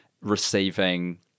receiving